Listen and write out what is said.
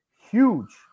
huge